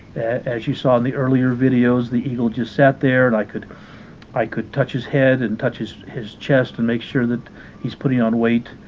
as you saw in the earlier videos the eagle just sat there, and i could i could touch his head and touch his his chest and make sure that he's putting on weight